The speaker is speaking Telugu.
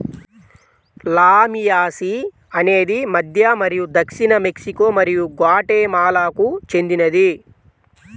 లామియాసి అనేది మధ్య మరియు దక్షిణ మెక్సికో మరియు గ్వాటెమాలాకు చెందినది